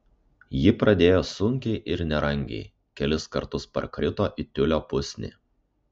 ji pradėjo sunkiai ir nerangiai kelis kartus parkrito į tiulio pusnį